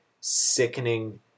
sickening